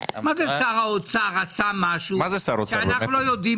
מה זה שר האוצר עשה משהו שאנחנו לא יודעים